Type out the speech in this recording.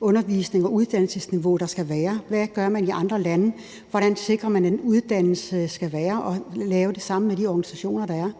undervisning og hvilket uddannelseniveau der skal være. Hvad gør man i andre lande? Hvordan sikrer man, hvordan en uddannelse skal være? Og det kan man lave sammen med de organisationer, der er.